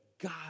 God